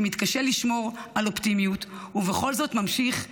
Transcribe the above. שמתקשה לשמור על אופטימיות ובכל זאת ממשיך למעננו,